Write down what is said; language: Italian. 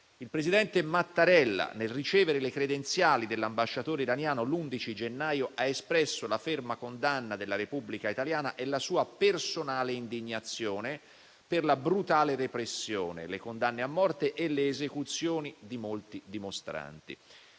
Il presidente Mattarella, nel ricevere le credenziali dell'ambasciatore iraniano l'11 gennaio, ha espresso la ferma condanna della Repubblica Italiana e la sua personale indignazione per la brutale repressione, le condanne a morte e le esecuzioni di molti dimostranti.